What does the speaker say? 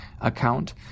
account